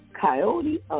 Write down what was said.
coyote